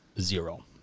zero